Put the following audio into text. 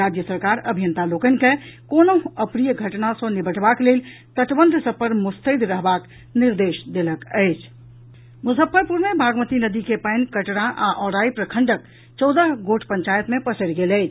राज्य सरकार अभियंता लोकनि के कोनहुँ अप्रिय घटना सँ निबटबाक लेल तटबंध सभ पर मोस्तैद रहबाक निर्देश देलक अछि मुजफ्फरपुर मे बागमती नदी के पानि कटरा आ औराई प्रखंडक चौदह गोट पंचायत मे पसरि गेल अछि